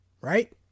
right